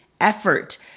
effort